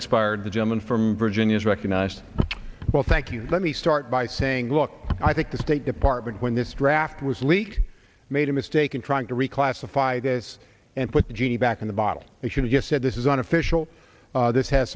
expired the gentleman from virginia is recognized well thank you let me start by saying look i think the state department when this draft was leaked made a mistake in trying to reclassify this and put the genie back in the bottle it should have said this is an official this has